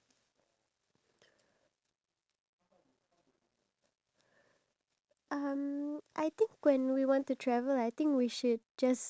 take her time out to show him around the country itself and bring him to like the factories where they produce cheese